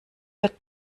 wird